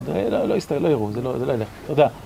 לא, לא יסתכל, לא יראו, זה לא ילך. תודה.